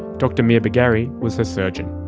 dr mirbagheri was her surgeon.